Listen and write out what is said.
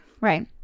Right